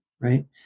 right